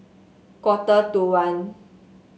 quarter to one